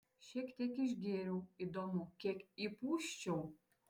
šiek tiek išgėriau įdomu kiek įpūsčiau